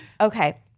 Okay